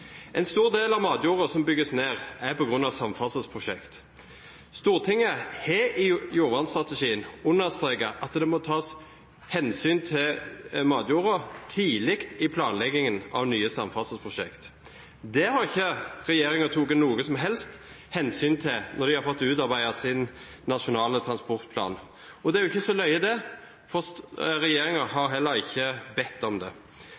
En stor del av matjorda som bygges ned, er begrunnet i samferdselsprosjekt. Stortinget har i jordvernstrategien understreket at det må tas hensyn til matjorda tidlig i planleggingen av nye samferdselsprosjekt. Det har ikke regjeringen tatt noe som helst hensyn til når de har fått utarbeidet sin nasjonale transportplan. Og det er jo ikke så løyent, det, for regjeringen har heller ikke bedt om noe. Det